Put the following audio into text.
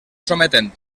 sometent